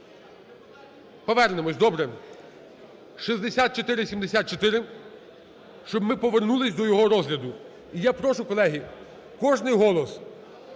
Повернемося, добре. 6474. Щоб ми повернулися до його розгляду. І я прошу, колеги, кожний голос!